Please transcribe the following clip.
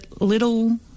little